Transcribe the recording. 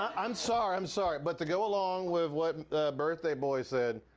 um i'm sorry, i'm sorry, but to go along with what birthday boy said,